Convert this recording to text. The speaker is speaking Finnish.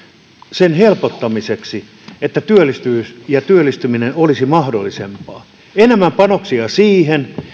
sen helpottamiseksi että työllisyys ja työllistyminen olisi mahdollisempaa enemmän panoksia siihen